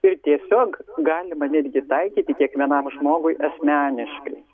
ir tiesiog galima netgi taikyti kiekvienam žmogui asmeniškai